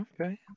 Okay